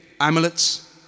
amulets